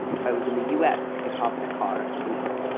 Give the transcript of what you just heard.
if i was in the u s, i could hop in a car and be home.